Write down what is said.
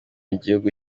gihugu